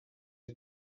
had